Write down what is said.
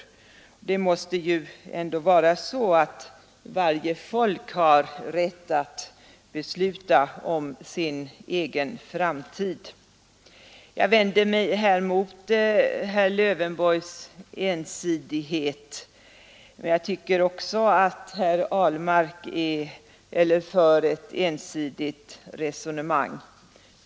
Varje folk måste ju ändå ha rätt att besluta om sin egen framtid. Jag vänder mig här mot herr Lövenborgs ensidighet men tycker också att herr Ahlmark för ett ensidigt resonemang.